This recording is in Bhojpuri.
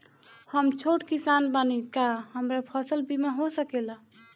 हम छोट किसान बानी का हमरा फसल बीमा हो सकेला?